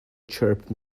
chirp